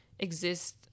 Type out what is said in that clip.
exist